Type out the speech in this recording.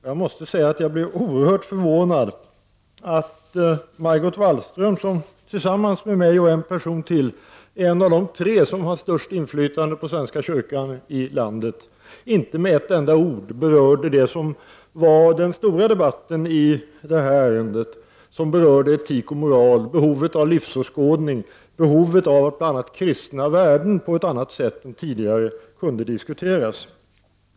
Jag måste då säga att jag blir oerhört förvånad att Margot Wallström, som tillsammans med mig och en person till är en av de tre personer i landet som har det största inflytandet på svenska kyrkan, inte med ett enda ord berörde det som var den stora debatten i detta ärende som gällde etik och moral och behovet av livsåskådning, behov av att bl.a. kristna värden på ett annat sätt än tidigare kunde diskuteras.